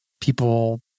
people